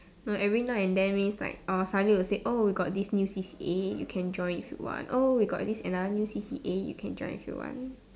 no every now and then means like orh suddenly you say oh got this new C_C_A you can join if you want oh we got this another C_C_A you can join if you want